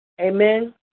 Amen